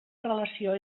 relació